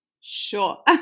Sure